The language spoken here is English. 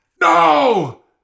no